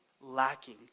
lacking